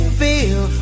feel